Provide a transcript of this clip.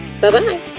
Bye-bye